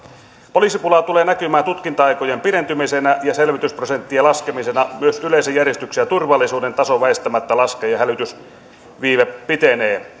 poliisipula tulee näkymään tutkinta aikojen pidentymisenä ja selvitysprosenttien laskemisena myös yleisen järjestyksen ja turvallisuuden taso väistämättä laskee ja ja hälytysviive pitenee